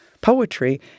poetry